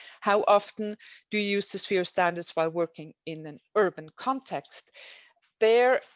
how often do you use the sphere standards while working in an urban context there?